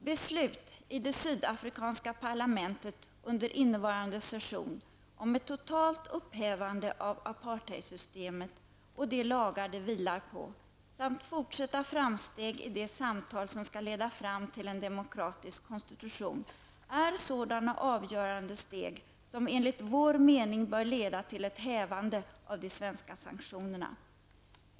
Beslut i det sydafrikanska parlamentet under innevarande session om ett totalt upphävande av apartheidsystemet och de lagar det vilar på samt fortsatta framsteg i de samtal som skall leda fram till en demokratisk konstitution, är sådana avgörande steg som enligt vår mening bör leda till ett hävande av de svenska sanktionerna.